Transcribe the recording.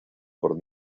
por